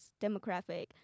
demographic